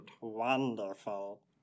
Wonderful